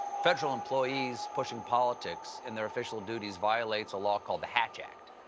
federal employees pushing politics in their official duties violates a law called the hatch act.